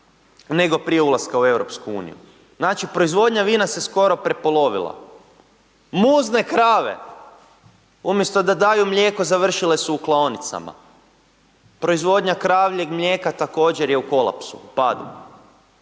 nego prije ulaska u EU. Znači, proizvodnja vina se skoro prepolovila, muzne krave umjesto da daju mlijeko završile su u klaonicama, proizvodnja kravljeg mlijeka također je u kolapsu, pada.